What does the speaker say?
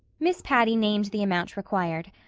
miss patty named the amount required.